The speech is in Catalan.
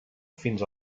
fins